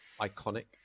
iconic